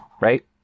right